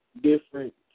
different